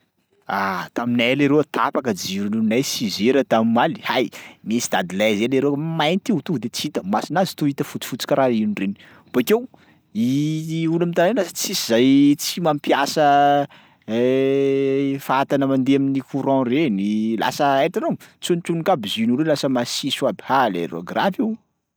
Ah, taminay leroa tapaka jironay six heures tam'maly, hay! Nisy dadilahy zay leroa mainty io tonga de tsy hita masonazy to ita fotsifotsy karaha ino reny. Bakeo i olo am'tanàna io tsisy zay tsy mampiasa fatana mandeha amin'ny courant reny lasa hitanao tsonotsomoka aby jus n'olo io lasa masiso aby hah leroa gravy io.